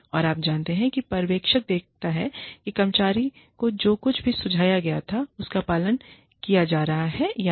और आप जानते हैं कि पर्यवेक्षक देखता है कि कर्मचारी को जो कुछ भी सुझाया गया था उसका पालन किया जा रही है या नहीं